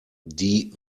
die